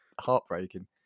heartbreaking